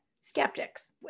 Skeptics